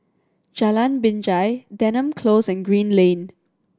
Jalan Binjai Denham Close and Green Lane